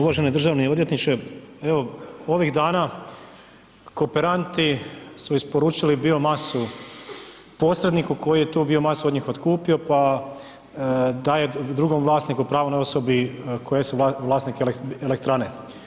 Uvaženi državni odvjetniče, evo ovih dana kooperanti su isporučili biomasu posredniku koji je tu biomasu od njih otkupio pa daje drugom vlasniku, pravnoj osobi koja je vlasnik elektrane.